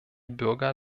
bürger